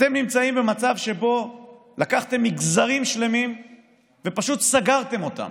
אתם נמצאים במצב שבו לקחתם מגזרים שלמים ופשוט סגרתם אותם,